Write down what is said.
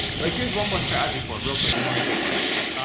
like here's one more strategy for it real quick, then we're gonna take questions.